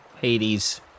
Hades